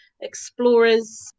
Explorers